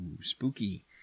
spooky